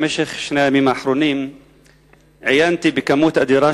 במשך שני הימים האחרונים עיינתי בכמות אדירה